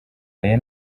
ayo